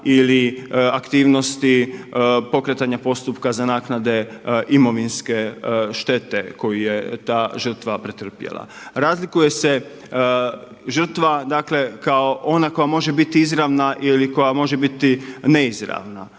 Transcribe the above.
ili aktivnosti pokretanja postupka za naknade imovinske štete koju je ta žrtva pretrpjela. Razlikuje se žrtva, dakle kao ona koja može bit izravna ili koja može biti neizravna.